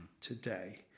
today